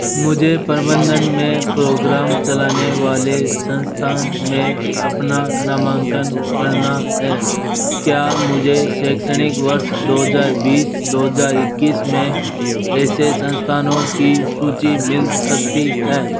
मुझे प्रबंधन में प्रोग्राम चलाने वाले संस्थान में अपना नामांकन करना है क्या मुझे शैक्षणिक वर्ष दो हजार बीस दो हज़ार इक्कीस में ऐसे संस्थानों की सूची मिल सकती है